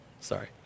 Sorry